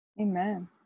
Amen